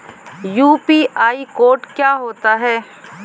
UPI code क्या होता है?